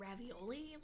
ravioli